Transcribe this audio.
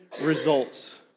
results